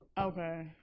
Okay